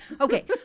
Okay